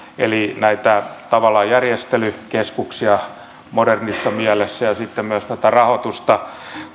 eli näitä tavallaan järjestelykeskuksia modernissa mielessä ja sitten myös tätä rahoitusta